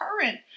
current